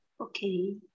Okay